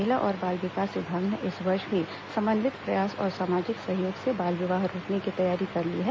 महिला और बाल विकास विभाग ने इस वर्ष भी समन्वित प्रयास और सामाजिक सहयोग से बाल विवाह रोकने की तैयारी कर ली है